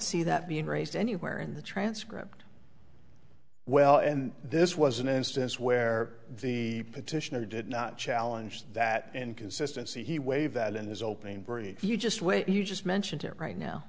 see that being raised anywhere in the transcript well and this was an instance where the petitioner did not challenge that inconsistency he waived that in his opening brief you just wait you just mentioned it right now